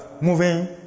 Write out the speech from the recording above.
moving